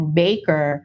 baker